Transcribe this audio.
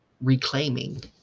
reclaiming